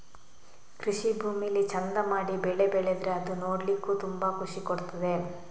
ಕೃಷಿ ಭೂಮಿಲಿ ಚಂದ ಮಾಡಿ ಬೆಳೆ ಬೆಳೆದ್ರೆ ಅದು ನೋಡ್ಲಿಕ್ಕೂ ತುಂಬಾ ಖುಷಿ ಕೊಡ್ತದೆ